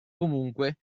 comunque